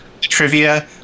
trivia